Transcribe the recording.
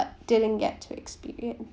but didn't get to experience